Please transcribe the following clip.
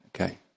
Okay